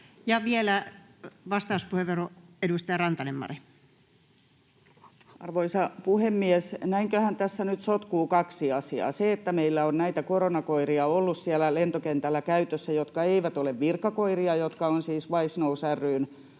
vielä vastauspuheenvuoro, edustaja Rantanen, Mari. Arvoisa puhemies! Näinköhän tässä nyt sotkeutuu kaksi asiaa? Meillä on ollut näitä koronakoiria siellä lentokentällä käytössä, ja ne eivät ole virkakoiria vaan Wise Nose ry:n